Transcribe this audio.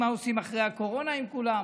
מה עושים אחרי הקורונה עם כולם.